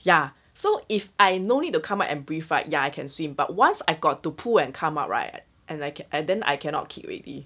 ya so if I no need to come out and breathe right ya I can swim but once I got to pull and come out right and like and then I cannot keep already